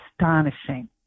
astonishing